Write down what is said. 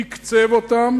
תקצב אותם